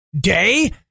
day